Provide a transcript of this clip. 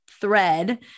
thread